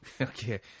Okay